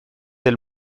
del